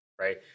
right